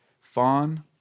fawn